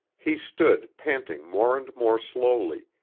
he stood, panting more and more slowly,